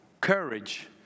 courage